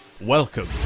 Welcome